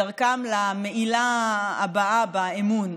בדרכם למעילה הבאה באמון.